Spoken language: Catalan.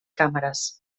càmeres